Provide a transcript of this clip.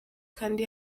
kandi